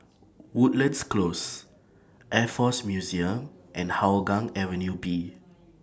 Woodlands Close Air Force Museum and Hougang Avenue B